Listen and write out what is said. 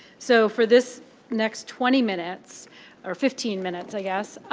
so, for this next twenty minutes or fifteen minutes, i guess,